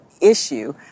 issue